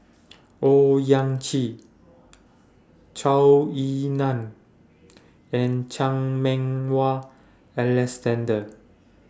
Owyang Chi Zhou Ying NAN and Chan Meng Wah Alexander